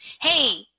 Hey